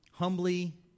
Humbly